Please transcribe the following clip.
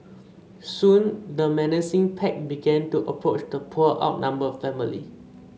soon the menacing pack began to approach the poor outnumbered family